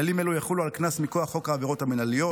כללים אלו יחולו על קנס מכוח חוק העבירות המינהליות,